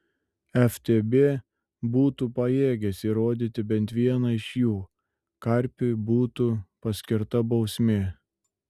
ftb būtų pajėgęs įrodyti bent vieną iš jų karpiui būtų paskirta bausmė